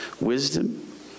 wisdom